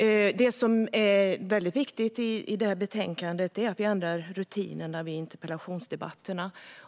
Viktigt i detta betänkande är att rutinerna vid interpellationsdebatter ändras.